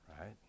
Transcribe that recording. Right